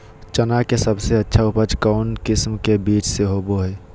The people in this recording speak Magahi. चना के सबसे अच्छा उपज कौन किस्म के बीच में होबो हय?